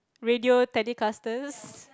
radio Telecasters